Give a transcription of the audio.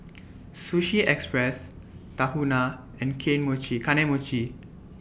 Sushi Express Tahuna and K Mochi Kane Mochi